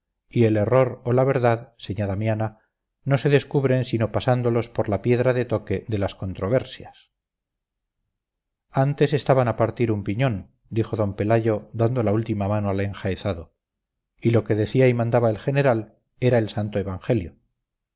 y el error o la verdad señá damiana no se descubren sino pasándolos por la piedra de toque de las controversias antes estaban a partir un piñón dijo d pelayo dando la última mano al enjaezado y lo que decía y mandaba el general era el santo evangelio